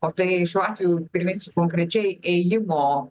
o tai šiuo atveju priminsiu konkrečiai ėjimo